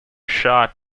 shot